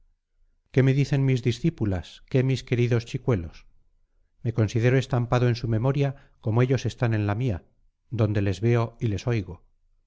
qué me dicen mis discípulas qué mis queridos chicuelos me considero estampado en su memoria como ellos están en la mía donde les veo y les oigo